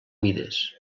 mides